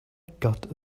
got